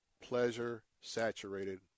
pleasure-saturated